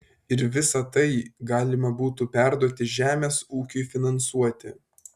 ir visa tai galima būtų perduoti žemės ūkiui finansuoti